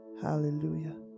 Hallelujah